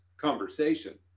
conversation